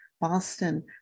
Boston